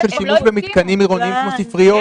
של שימוש במתקנים עירוניים כמו ספריות,